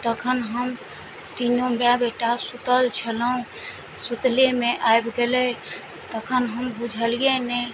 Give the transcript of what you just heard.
तखन हम तीनो माय बेटा सुतल छलहुॅं सुतलेमे आबि गेलै तखन हम बुझलियै नहि